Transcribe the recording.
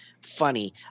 funny